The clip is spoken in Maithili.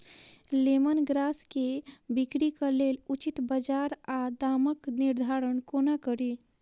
लेमन ग्रास केँ बिक्रीक लेल उचित बजार आ दामक निर्धारण कोना कड़ी?